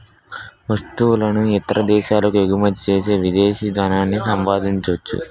వస్తువులను ఇతర దేశాలకు ఎగుమచ్చేసి విదేశీ ధనాన్ని సంపాదించొచ్చు